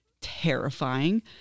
terrifying